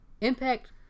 impact